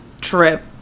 trip